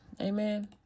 Amen